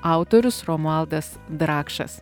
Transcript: autorius romualdas drakšas